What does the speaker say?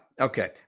okay